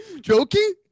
joking